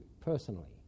personally